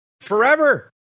forever